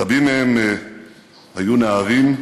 רבים מהם היו נערים,